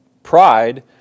Pride